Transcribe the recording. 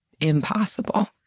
impossible